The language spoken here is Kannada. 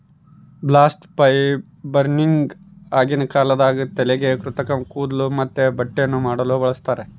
ಬಾಸ್ಟ್ ಫೈಬರ್ನಿಂದ ಆಗಿನ ಕಾಲದಾಗ ತಲೆಗೆ ಕೃತಕ ಕೂದ್ಲು ಮತ್ತೆ ಬಟ್ಟೆಯನ್ನ ಮಾಡಲು ಬಳಸ್ತಾರ